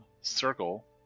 circle